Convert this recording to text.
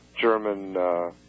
German